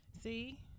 See